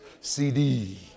CD